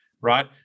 right